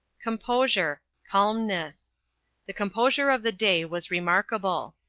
composure calmness the composure of the day was remarkable.